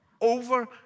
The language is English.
over